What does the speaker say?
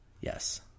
Yes